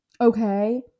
Okay